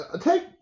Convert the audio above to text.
take